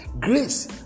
Grace